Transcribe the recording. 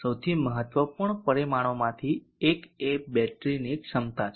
સૌથી મહત્વપૂર્ણ પરિમાણોમાંથી એક એ બેટરીની ક્ષમતા છે